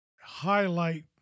highlight